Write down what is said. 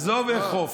עזוב לאכוף.